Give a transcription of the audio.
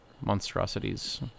monstrosities